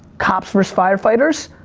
cops versus firefighters.